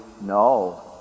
no